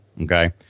Okay